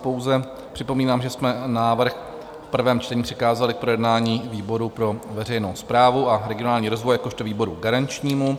Pouze připomínám, že jsme návrh v prvém čtení přikázali k projednání výboru pro veřejnou správu a regionální rozvoj jakožto výboru garančnímu.